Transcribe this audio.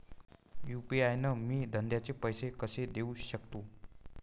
UPI न मी धंद्याचे पैसे कसे देऊ सकतो?